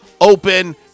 open